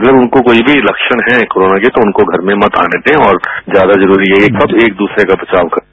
अगर उनको कोई भी लक्षण हैं कोरोना के तो उनको घर में मत आने दें और ज्यादा जरूरी यही है कि सब एक दूसरे का बचाव करें